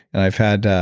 and i've had